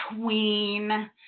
queen